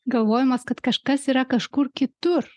galvojimas kad kažkas yra kažkur kitur